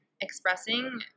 expressing